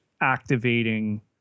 activating